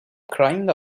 crying